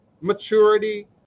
maturity